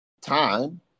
time